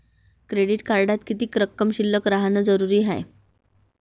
Credit कार्डात किती रक्कम शिल्लक राहानं जरुरी हाय?